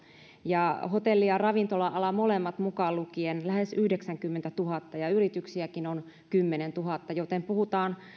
ja hotelli ja ravintola ala molemmat mukaan lukien lähes yhdeksänkymmentätuhatta ja yrityksiäkin on kymmenentuhatta joten puhutaan